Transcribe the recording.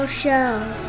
show